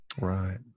Right